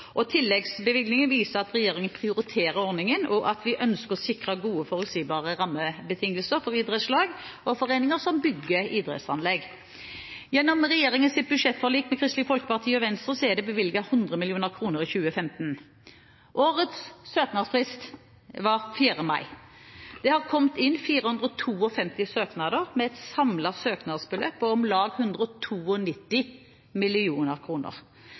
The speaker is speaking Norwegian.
ut. Tilleggsbevilgningen viser at regjeringen prioriterer ordningen, og at vi ønsker å sikre gode og forutsigbare rammebetingelser for idrettslag og foreninger som bygger idrettsanlegg. Gjennom regjeringens budsjettforlik med Kristelig Folkeparti og Venstre er det bevilget 100 mill. kr i 2015. Årets søknadsfrist var 4. mai. Det har kommet inn 452 søknader, med et samlet søknadsbeløp på om lag 192 mill. kr. Dette er en økning i antall søknader på 55 pst., og